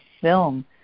film